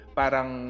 parang